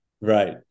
Right